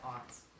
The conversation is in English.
aunts